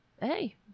hey